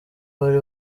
bari